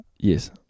Yes